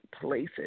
places